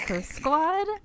Squad